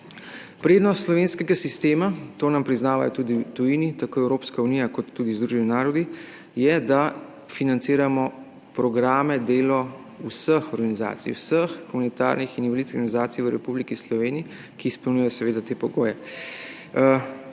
Prednost slovenskega sistema, to nam priznavajo tudi v tujini, tako Evropska unija kot tudi Združeni narodi, je, da financiramo programe, delo vseh humanitarnih in invalidskih organizacij v Republiki Sloveniji, ki seveda izpolnjujejo te pogoje.